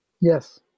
Yes